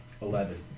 Eleven